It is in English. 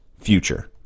future